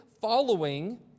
following